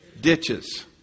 ditches